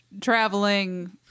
traveling